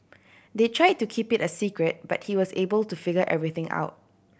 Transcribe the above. they try to keep it a secret but he was able to figure everything out